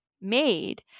made